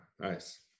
Nice